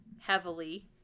heavily